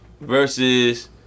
Versus